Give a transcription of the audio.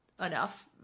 enough